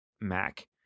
Mac